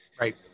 Right